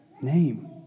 name